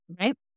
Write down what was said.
Right